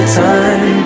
time